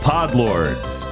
Podlords